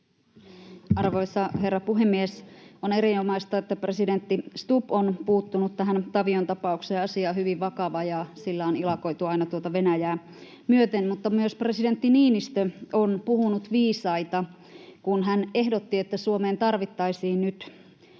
Arvoisa herra puhemies! On erinomaista, että presidentti Stubb on puuttunut tähän Tavion tapaukseen. Asia on hyvin vakava, ja sillä on ilakoitu aina Venäjää myöten. Mutta myös presidentti Niinistö on puhunut viisaita, kun hän ehdotti, että Suomeen tarvittaisiin nyt